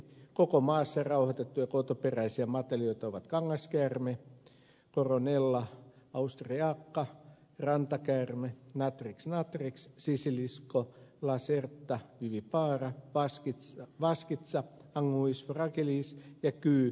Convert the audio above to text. koko maassa rauhoitettuja kotoperäisiä matelijoita ovat kangaskäärme rantakäärme sisilisko lasertta viipaloidaan baskit vaskitsan luis vaskitsa ja kyy